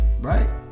Right